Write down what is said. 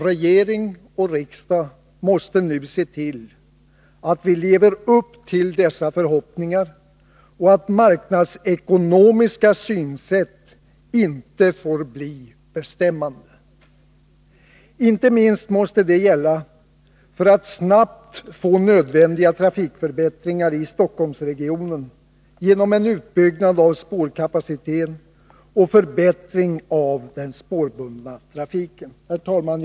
Regering och riksdag måste nu se till att vi lever upp till dessa förhoppningar och att marknadsekonomiska synsätt inte få bli bestämmande. Inte minst måste detta gälla för att snabbt får nödvändiga trafikförbättringar i Stockholmsre gionen genom en utbyggnad av spårkapaciteten och förbättring av den spårbundna trafiken. Herr talman!